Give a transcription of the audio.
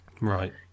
Right